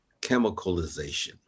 chemicalization